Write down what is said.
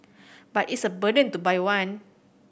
but it's a burden to buy one